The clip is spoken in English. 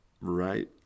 Right